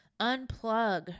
Unplug